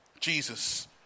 Jesus